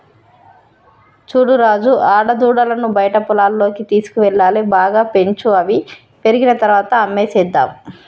చూడు రాజు ఆడదూడలను బయట పొలాల్లోకి తీసుకువెళ్లాలి బాగా పెంచు అవి పెరిగిన తర్వాత అమ్మేసేద్దాము